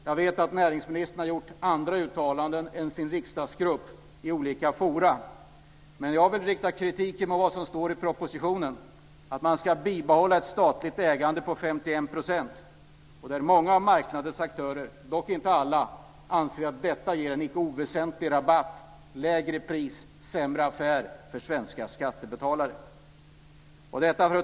Jag vet att näringsministern har gjort andra uttalanden än riksdagsgruppen i olika forum. Jag vill rikta kritik mot det som står i propositionen om att man ska bibehålla ett statligt ägande på 51 %. Många av marknadens aktörer, dock inte alla, anser att detta ger en icke oväsentlig rabatt, lägre pris och en sämre affär för svenska skattebetalare. Fru talman!